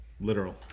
Literal